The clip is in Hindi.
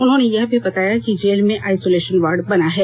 उन्होंने यह भी बताया कि जेल में आइसोलेशन वार्ड बना है